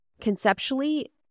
conceptually